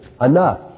enough